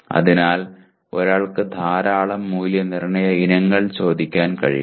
അതിനാൽ ഒരാൾക്ക് ധാരാളം മൂല്യനിർണയ ഇനങ്ങൾ ചോദിക്കാൻ കഴിയണം